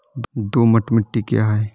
दोमट मिट्टी क्या है?